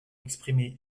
exprimé